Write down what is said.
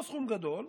לא סכום גדול,